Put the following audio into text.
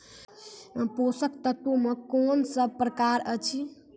पोसक तत्व मे कून सब प्रकार अछि?